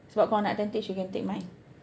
sebab kalau nak tentage you can take mine